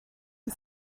you